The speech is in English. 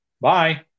Bye